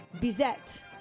Bizet